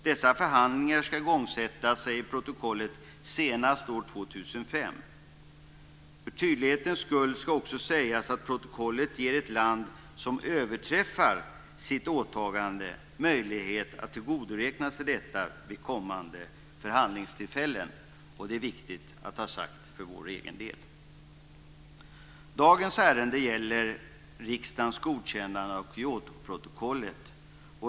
Dessa förhandlingar ska igångsättas senast år 2005, säger protokollet. För tydlighetens skull ska också sägas att protokollet ger ett land som överträffar sitt åtagande möjlighet att tillgodoräkna sig detta vid kommande förhandlingstillfällen. Det är viktigt att ha det sagt för vår egen del. Dagens ärende gäller för det första riksdagens godkännande av Kyotoprotokollet.